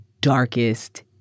darkest